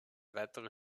weitere